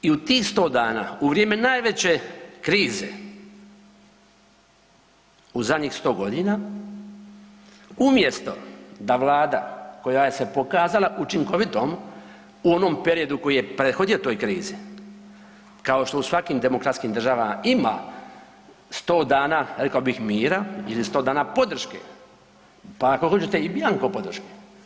I u tih 100 dana, u vrijeme najveće krize u zadnjih 100.g. umjesto da vlada koja je se pokazala učinkovitom u onom periodu koji je prethodio toj krizi, kao što u svakim demokratskim državama ima 100 dana, rekao bih, mira ili 100 dana podrške, pa ako hoćete i bianko podrške.